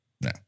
No